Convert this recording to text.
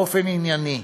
באופן ענייני,